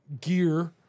gear